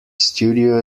studio